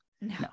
No